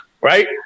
right